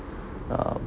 uh